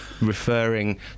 referring